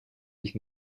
ich